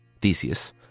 Theseus